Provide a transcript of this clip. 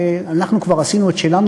ואנחנו כבר עשינו את שלנו,